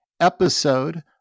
episode